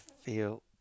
feel